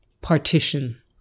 partition